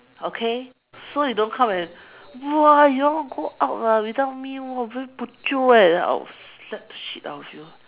okay so you don't come and !wah! you all go out ah without me !wah! very bo jio eh then I will slap the shit of you